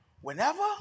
Whenever